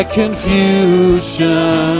confusion